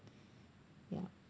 ya